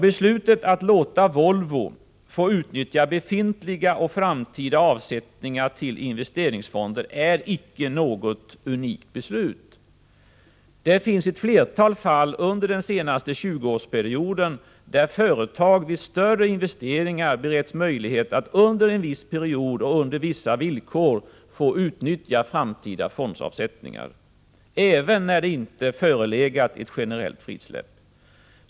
Beslutet att låta Volvo få utnyttja befintliga och framtida avsättningar till investeringsfonder är icke något unikt beslut. I ett flertal fall under den senaste 20-årsperioden har företag vid större investeringar beretts möjlighet att under en viss tid och på vissa villkor utnyttja framtida fondavsättningar, även när det inte förelegat ett generellt frisläpp.